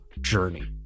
journey